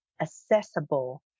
accessible